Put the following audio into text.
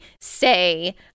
say